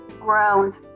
grown